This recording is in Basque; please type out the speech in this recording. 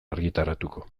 argitaratuko